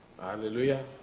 Hallelujah